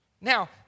now